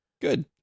Good